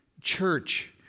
church